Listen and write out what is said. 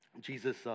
Jesus